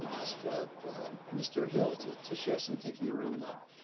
and ask ah mr. hill to to share some thinking around that.